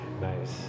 Nice